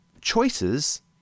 choices